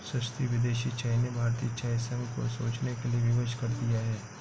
सस्ती विदेशी चाय ने भारतीय चाय संघ को सोचने के लिए विवश कर दिया है